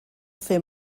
fer